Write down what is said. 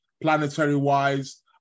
planetary-wise